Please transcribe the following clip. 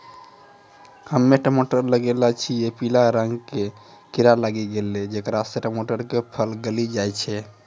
हम्मे टमाटर लगैलो छियै पीला रंग के कीड़ा लागी गैलै जेकरा से टमाटर के फल गली जाय छै?